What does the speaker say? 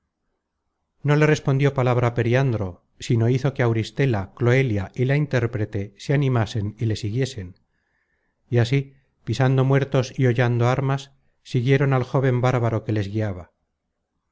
no le respondió palabra periandro sino hizo que auristela cloelia y la intérprete se animasen y le siguiesen y así pisando muertos y hollando armas siguieron al joven bárbaro que les guiaba